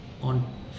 on